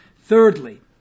Thirdly